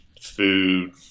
food